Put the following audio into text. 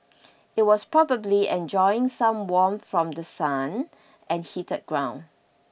it was probably enjoying some warmth from the sun and heated ground